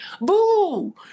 boo